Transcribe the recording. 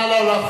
נא לא להפריע.